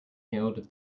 hailed